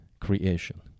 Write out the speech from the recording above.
creation